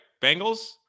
Bengals